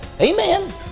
Amen